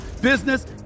business